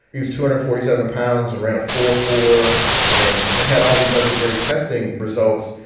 he's two under forty seven pounds and ran a four four and had all these other great testing results.